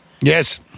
Yes